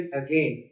again